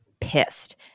pissed